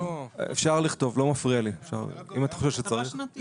אפשר לכתוב, לא מפריע לי, אם את חושבת שצריך.